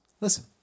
Listen